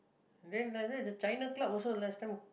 then the China club also last time